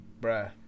Bruh